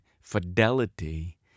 fidelity